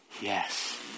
yes